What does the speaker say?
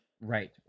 Right